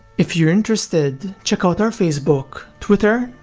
if you're interested check out our facebook, twitter,